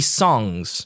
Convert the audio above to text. songs